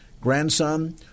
grandson